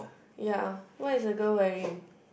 ya what is the girl wearing